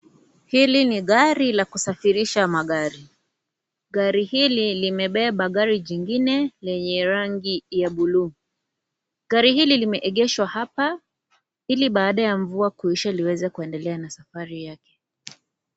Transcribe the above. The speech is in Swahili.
Hili ni gari la kusafirisha magari. Gari hili limebeba gari jingine, lenye rangi ya bluu. Gari hili limeegeshwa hapa, ili baada ya mvua kuisha liweze kuendelea na safari yake.